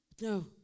No